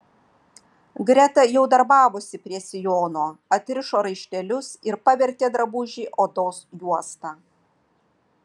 greta jau darbavosi prie sijono atrišo raištelius ir pavertė drabužį odos juosta